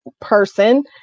person